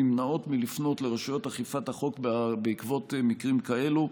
נמנעות מלפנות לרשויות אכיפת החוק בעקבות מקרים כאלו.